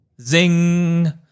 Zing